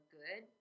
good